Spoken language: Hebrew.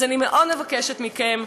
אז אני מאוד מבקשת מכם,